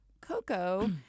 Coco